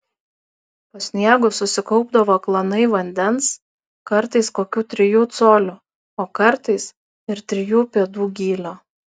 po sniegu susikaupdavo klanai vandens kartais kokių trijų colių o kartais ir trijų pėdų gylio